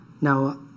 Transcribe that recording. Now